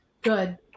Good